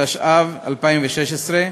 התשע"ו 2016,